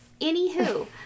Anywho